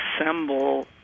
assemble